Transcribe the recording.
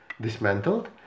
dismantled